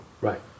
Right